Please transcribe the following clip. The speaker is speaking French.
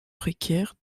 précaire